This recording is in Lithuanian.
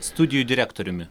studijų direktoriumi